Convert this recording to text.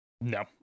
No